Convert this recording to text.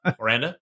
Miranda